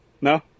No